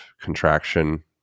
contraction